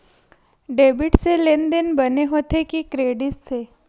Debit से लेनदेन बने होथे कि क्रेडिट से?